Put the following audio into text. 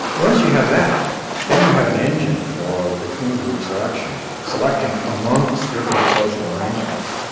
once you have that then you have an engine for between group selection, selecting amongst different social arrangements,